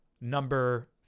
number